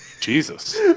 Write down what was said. Jesus